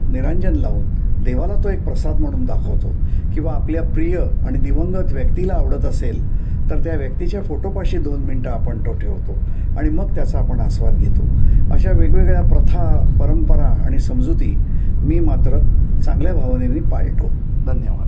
निरांजन लावून देवाला तो एक प्रसाद म्हणून दाखवतो किंवा आपल्या प्रिय आणि दिवंगत व्यक्तीला आवडत असेल तर त्या व्यक्तीच्या फोटोपाशी दोन मिनटं आपण तो ठेवतो आणि मग त्याचा आपण आस्वाद घेतो अशा वेगवेगळ्या प्रथा परंपरा आणि समजुती मी मात्र चांगल्या भावनेने पाळतो धन्यवाद